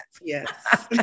Yes